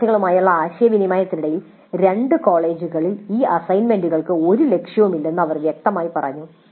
വിദ്യാർത്ഥികളുമായുള്ള ആശയവിനിമയത്തിനിടയിൽ രണ്ട് കോളേജുകളിൽ ഈ അസൈൻമെന്റുകൾക്ക് ഒരു ലക്ഷ്യവുമില്ലെന്ന് അവർ വ്യക്തമായി പറഞ്ഞു